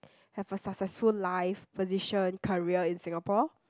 have a successful life position career in Singapore